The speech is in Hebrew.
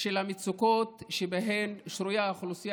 של המצוקות שבהן שרויה האוכלוסייה